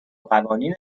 قوانین